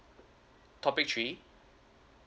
topic three